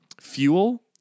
Fuel